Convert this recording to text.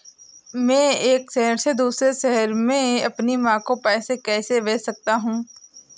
मैं एक शहर से दूसरे शहर में अपनी माँ को पैसे कैसे भेज सकता हूँ?